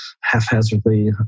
haphazardly